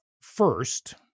first